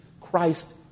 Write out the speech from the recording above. Christ